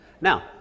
Now